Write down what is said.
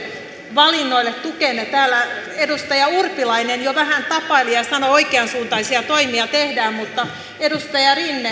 valinnoille tukenne täällä edustaja urpilainen jo vähän tapaili ja ja sanoi että oikeansuuntaisia toimia tehdään mutta edustaja